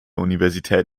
universität